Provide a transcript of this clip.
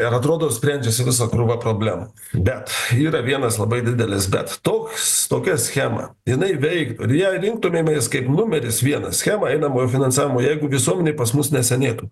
ir atrodo sprendžiasi visa krūva problemų bet yra vienas labai didelis bet toks tokia schema jinai veiktų ją rinktumėmės kaip numeris vienas schemą einamojo finansavimo jeigu visuomenė pas mus nesenėtų